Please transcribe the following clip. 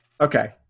Okay